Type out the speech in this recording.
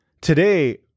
Today